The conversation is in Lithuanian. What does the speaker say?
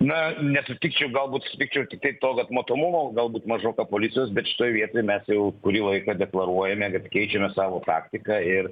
na nesutikčiau galbūt sutikčiau tiktai to kad matomumo galbūt mažoka policijos bet šitoj vietoj mes jau kurį laiką deklaruojame kad keičiame savo praktiką ir